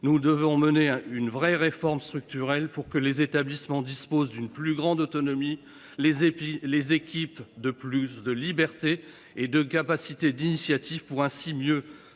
nous devons mener à une vraie réforme structurelle pour que les établissements disposent d'une plus grande autonomie les et puis les équipes de plus de liberté et de capacités d'initiative pour ainsi mieux